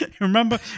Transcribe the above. Remember